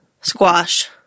Squash